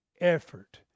effort